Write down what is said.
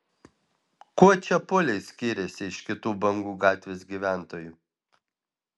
kuo čepuliai skyrėsi iš kitų bangų gatvės gyventojų